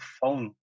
phone